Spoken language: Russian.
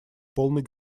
полной